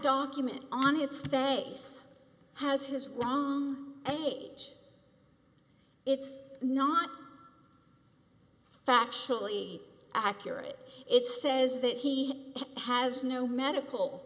document on its face has his wrong age it's not factually accurate it says that he has no medical